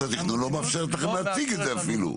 התכנון לא מאפשרות לכם להציג את זה אפילו.